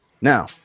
now